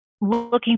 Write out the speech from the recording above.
looking